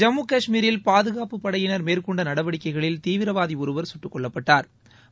ஜம்மு கஷ்மீரில் பாதுகாப்புப் படையினா் மேற்கொண்ட நடவடிக்கைகளில் தீவிரவாதி ஒருவா் கட்டுக் கொல்லப்பட்டாள்